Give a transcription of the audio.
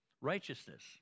righteousness